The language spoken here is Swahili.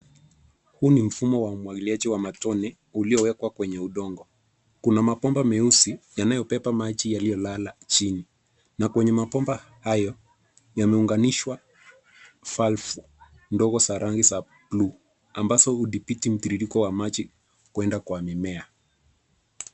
Huu ni mfumo wa umwagiliaji wa matone uliowekwa kwenye udongo, kuna mabomba meusi yanayobeba maji yaliyolala chini. Na kwenye mabomba hayo, yameunganishwa valve ndogo za rangi za blue ambazo hudhibiti mtiririko wa maji kwenda kwa mimea.